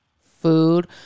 food